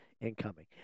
incoming